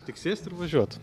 tik sėst ir važiuot